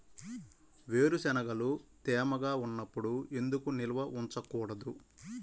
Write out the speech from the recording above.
వేరుశనగలు తేమగా ఉన్నప్పుడు ఎందుకు నిల్వ ఉంచకూడదు?